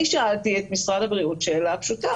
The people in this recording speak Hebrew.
אני שאלתי את משרד הבריאות שאלה פשוטה,